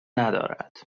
ندارد